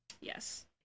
Yes